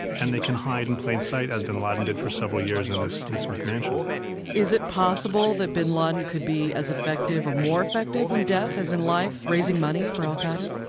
and they can hide in and plain sight as bin laden did for several years in this this mcmansion is it possible that bin laden could be as effective or more effective in death as in life, raising money for al-qaida?